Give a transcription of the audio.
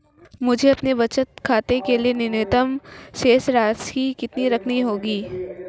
मुझे अपने बचत खाते के लिए न्यूनतम शेष राशि कितनी रखनी होगी?